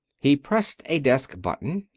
he pressed a desk button.